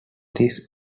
this